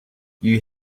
you